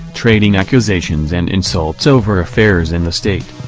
trading accusations and insults over affairs in the state.